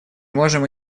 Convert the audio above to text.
можем